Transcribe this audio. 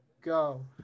Go